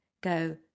go